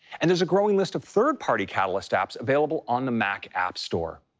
and there's a growing list of third-party catalyst apps available on the mac app store.